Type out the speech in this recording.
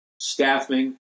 staffing